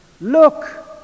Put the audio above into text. look